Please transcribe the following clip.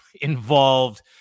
involved